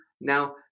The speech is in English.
now